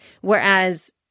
Whereas